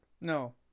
No